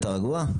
אתה רגוע?